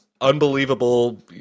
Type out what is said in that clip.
unbelievable